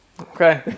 Okay